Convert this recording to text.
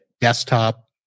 desktop